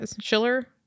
Schiller